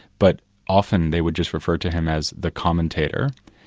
but often they would just refer to him as the commentator,